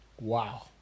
Wow